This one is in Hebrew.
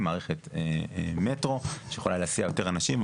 היא מערכת מטרו שיכולה להסיע יותר אנשים,